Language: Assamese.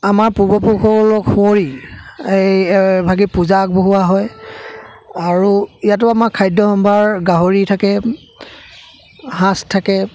আমাৰ পূৰ্বপুৰুষসকলক সুঁৱৰি এই এভাগি পূজা আগবঢ়োৱা হয় আৰু ইয়াতো আমাৰ খাদ্যসম্ভাৰ গাহৰি থাকে সাঁজ থাকে